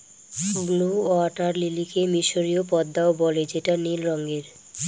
blue water লিলিকে মিসরীয় পদ্মাও বলে যেটা নীল রঙের